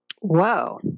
Whoa